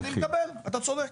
אני מקבל, אתה צודק.